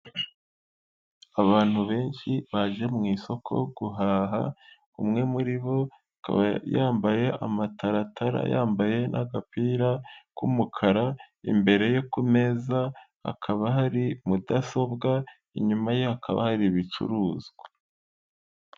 Abantu benshi baje mu isoko guhaha, umwe muri bo akaba yambaye amataratara, yambaye n'agapira k'umukara, imbere yo kumeza hakaba hari mudasobwa, inyuma ye hakaba hari ibicuruzwa.